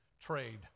trade